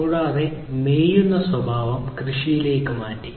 കൂടാതെ മേയുന്ന സ്വഭാവം കൃഷിയിലേക്ക് മാറ്റി